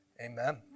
Amen